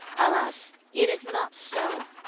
alas! it is not so.